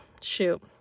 shoot